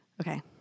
Okay